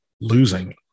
losing